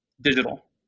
digital